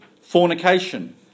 fornication